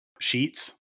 sheets